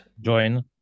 Join